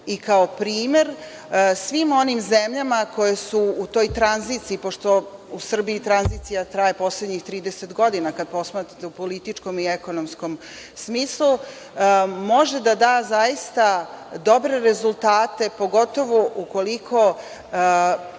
i kao primer svim onim zemljama koje su u toj tranziciji, pošto u Srbiji tranzicija traje poslednjih 30 godina, kada posmatrate u političkom i ekonomskom smislu, može da da zaista dobre rezultate, pogotovo ukoliko